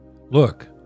Look